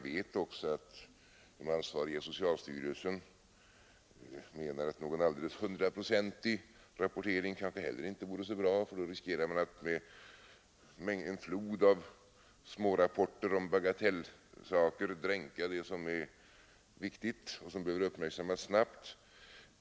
De ansvariga i socialstyrelsen anser möjligen också att en hundraprocentig rapportering inte heller vore så bra, för då riskerar man att med en flod av smårapporter om bagatellsaker dränka 21 det som är viktigt och som behöver uppmärksammas snabbt.